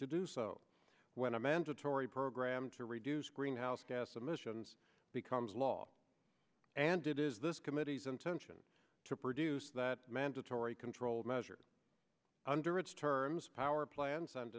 to do so when a mandatory program to reduce greenhouse gas emissions becomes law and it is this committee's intention to produce that mandatory controlled measure under its terms power plants and